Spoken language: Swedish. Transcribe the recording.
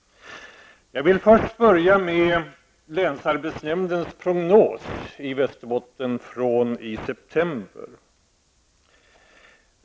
Jag vill först börja med länsarbetsnämndens prognos för Västerbotten från september.